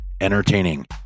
entertaining